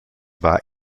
war